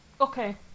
Okay